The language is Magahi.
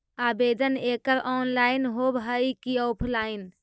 आवेदन एकड़ ऑनलाइन होव हइ की ऑफलाइन?